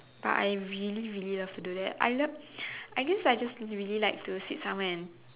but I really really love to do that I love I guess I just really like to sit somewhere and